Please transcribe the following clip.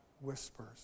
whispers